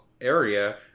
area